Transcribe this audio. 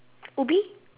ubi